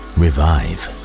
revive